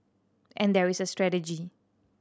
and there is a strategy